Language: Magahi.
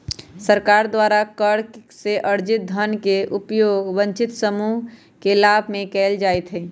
सरकार द्वारा कर से अरजित धन के उपयोग वंचित समूह के लाभ में कयल जाईत् हइ